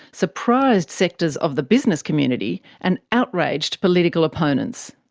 surprised sectors of the business community, and outraged political opponents.